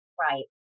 Right